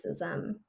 racism